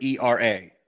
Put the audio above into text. ERA